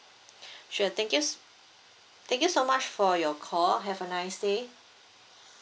sure thank you thank you so much for your call have a nice day